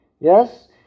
Yes